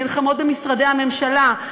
נלחמות במשרדי הממשלה,